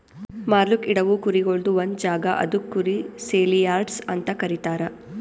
ಮಾರ್ಲುಕ್ ಇಡವು ಕುರಿಗೊಳ್ದು ಒಂದ್ ಜಾಗ ಅದುಕ್ ಕುರಿ ಸೇಲಿಯಾರ್ಡ್ಸ್ ಅಂತ ಕರೀತಾರ